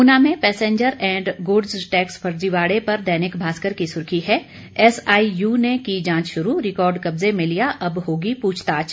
ऊना में passenger and goods tax फर्जीवाड़े पर दैनिक भास्कर की सुर्खी है एसआईयू ने की जांच शुरू रिकॉर्ड कब्जे में लिया अब होगी पूछताछ